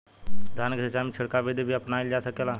धान के सिचाई में छिड़काव बिधि भी अपनाइल जा सकेला?